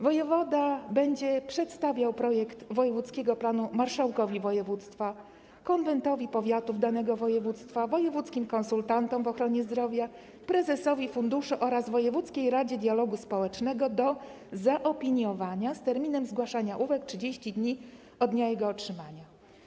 Wojewoda będzie przedstawiał projekt wojewódzkiego planu marszałkowi województwa, konwentowi powiatów danego województwa, wojewódzkim konsultantom w ochronie zdrowia, prezesowi funduszu oraz wojewódzkiej radzie dialogu społecznego do zaopiniowania, z terminem zgłaszania uwag: 30 dni od dnia jego otrzymania.